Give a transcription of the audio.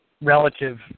relative